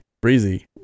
Breezy